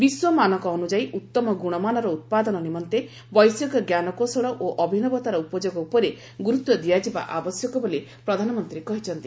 ବିଶ୍ୱ ମାନକ ଅନୁଯାୟୀ ଉତ୍ତମ ଗୁଶମାନର ଉତ୍ପାଦନ ନିମନ୍ତେ ବୈଷୟିକ ଜ୍ଞାନକୌଶଳ ଓ ଅଭିନବତାର ଉପଯୋଗ ଉପରେ ଗୁରୁତ୍ୱ ଦିଆଯିବା ଆବଶ୍ୟକ ବୋଲି ପ୍ରଧାନମନ୍ତ୍ରୀ କହିଛନ୍ତି